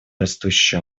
растущую